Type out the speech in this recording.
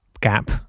gap